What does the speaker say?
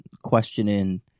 questioning